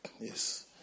yes